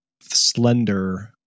slender